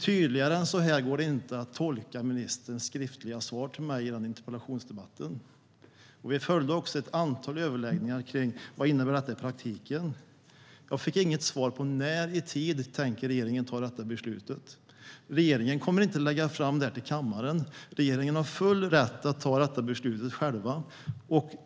Tydligare än så går det inte att tolka ministerns skriftliga interpellationssvar till mig. Vi följde också ett antal överläggningar kring vad detta innebär i praktiken. Jag fick inget svar på när regeringen tänker ta detta beslut. Regeringen kommer inte att lägga fram det här till kammaren. Regeringen har full rätt att ta detta beslut själv.